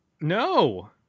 No